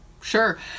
Sure